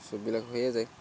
চববিলাক হৈয়ে যায়